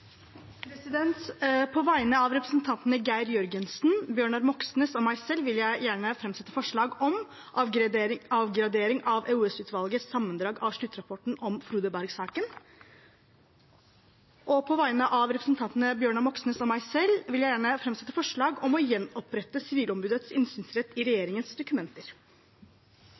På vegne av representantene Geir Jørgensen, Bjørnar Moxnes og meg selv vil jeg gjerne framsette forslag om avgradering av EOS-utvalgets sammendrag av sluttrapporten om Frode Berg-saken. Og på vegne av representanten Bjørnar Moxnes og meg selv vil jeg gjerne framsette forslag om å gjenopprette Sivilombudets innsynsrett i regjeringens dokumenter.